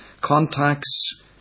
contacts